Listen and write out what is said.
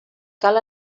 cal